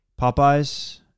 Popeyes